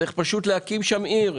צריך פשוט להקים שם עיר,